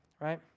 right